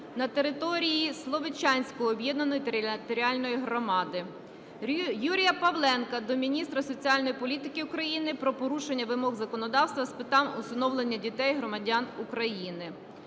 на території Словечанської об'єднаної територіальної громади. Юрія Павленка до міністра соціальної політики України про порушення вимог законодавства з питань усиновлення дітей-громадян України.